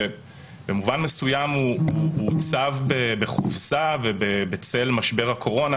שבמובן מסוים הוא הוצב בחופזה ובצל משבר הקורונה,